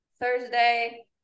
Thursday